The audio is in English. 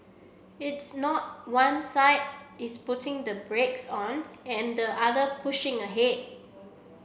it's not one side is putting the brakes on and the other pushing ahead